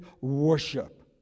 worship